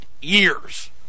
years